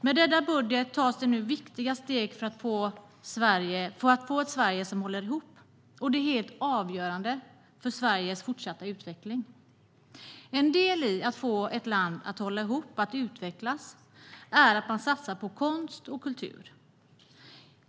Med denna budget tas det nu viktiga steg för att få ett Sverige som håller ihop, och det är helt avgörande för Sveriges fortsatta utveckling. En del i att få ett land att hålla ihop och att utvecklas är att man satsar på konst och kultur.